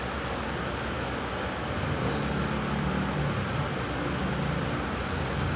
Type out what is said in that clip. then their G_P_A is like wrecked ah but then they are like very bagus in their C_C_A